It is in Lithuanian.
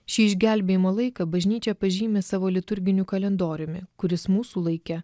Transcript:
šį išgelbėjimo laiką bažnyčia pažymi savo liturginiu kalendoriumi kuris mūsų laike